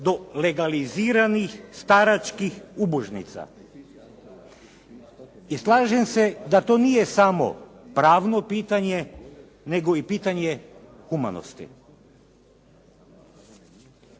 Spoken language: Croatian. do legaliziranih staračkih ubožnica. I slažem se da to nije samo pravno pitanje nego i pitanje humanost.